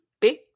big